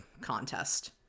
contest